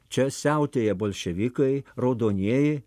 čia siautėja bolševikai raudonieji